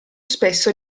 spesso